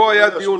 כאן היה דיון.